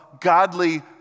godly